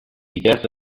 death